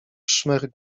szmer